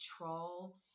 control